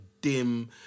dim